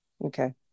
Okay